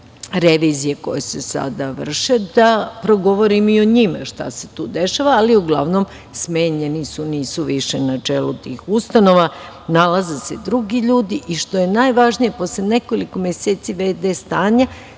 revizije koje se sada vrše da progovorim šta se tu dešava. Ali, uglavnom, smenjeni su, nisu više na čelu tih ustanova, nalaze se drugi ljudi. Što je još najvažnije, posle nekoliko meseci v.d. stanja